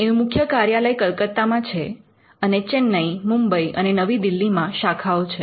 એનું મુખ્ય કાર્યાલય કલકત્તામાં છે અને ચેન્નઈ મુંબઈ અને નવી દિલ્હીમાં શાખાઓ છે